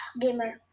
Gamer